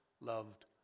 loved